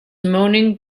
moaning